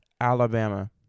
Alabama